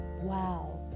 Wow